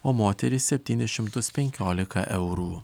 o moterys septynis šimtus penkioliką eurų